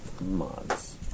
Mods